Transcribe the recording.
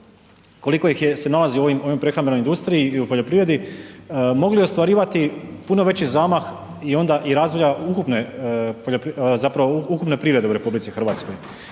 koliko ih se nalazi u ovoj prehrambenoj industriji i poljoprivredi, mogli ostvarivati puno veći zamah i onda i razvoja ukupne poljoprivrede, zapravo